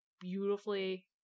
beautifully